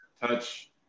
touch